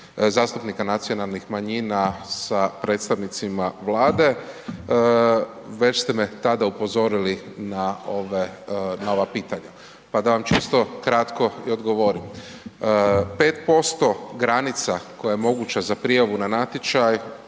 zastupnika nacionalnih manjina sa predstavnicima Vlade, već ste me tada upozorili na ova pitanja pa da vam čisto kratko i odgovorim. 5% granica koja je moguća za prijavu na natječaj